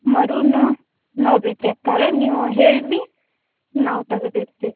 ಮರುನು ನೋಡ್ಬೇಕು ರೀ ಅಕ್ಕರೆ ನೀವು ಹೇಳಿರಿ ನಾವು ತೆಗದು ಇಡ್ತೀವಿ